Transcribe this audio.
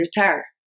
retire